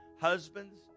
Husbands